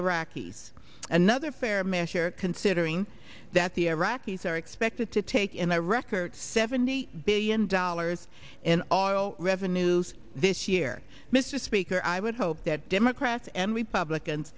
iraqis another fair measure considering that the iraqis are expected to take in a record seventy billion dollars in oil revenues this year mrs speaker i would hope that democrats and republicans